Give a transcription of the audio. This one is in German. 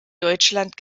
deutschland